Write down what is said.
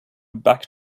back